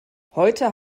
heute